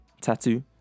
tattoo